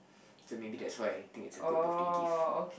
so maybe that's why I think it's a good birthday gift